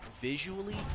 visually